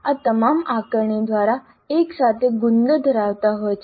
આ તમામ આકારણી દ્વારા એકસાથે ગુંદર ધરાવતા હોય છે